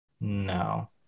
No